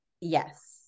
Yes